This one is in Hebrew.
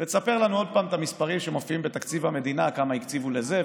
ותספר לנו עוד פעם על המספרים שמופיעים בתקציב המדינה: כמה הקציבו לזה,